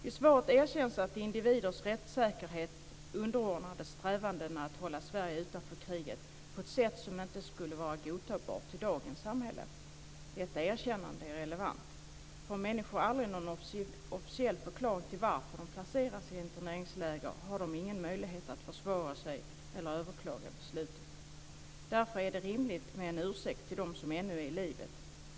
I svaret erkänns att individers rättssäkerhet underordnades strävandena att hålla Sverige utanför kriget på ett sätt som inte skulle vara godtagbart i dagens samhälle. Detta erkännande är relevant. Får människor aldrig någon officiell förklaring till varför de placerades i interneringsläger, har de ingen möjlighet att försvara sig eller överklaga beslutet. Därför är det rimligt med en ursäkt till dem som ännu är i livet.